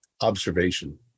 observation